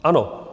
Ano.